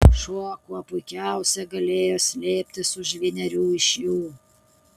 šuo kuo puikiausiai galėjo slėptis už vienerių iš jų